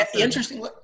Interesting